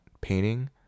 painting